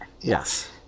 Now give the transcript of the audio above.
Yes